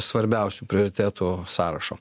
svarbiausių prioritetų sąrašo